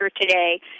today